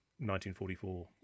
1944